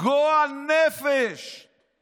"גועל נפש";